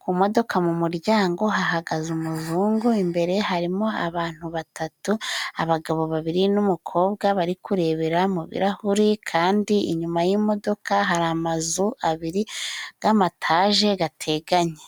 Ku modoka mu muryango hahagaze umuzungu, imbere harimo abantu batatu. Abagabo babiri n'umukobwa bari kurebera mu birahuri, kandi inyuma y'imodoka hari amazu abiri g'amataje gateganye.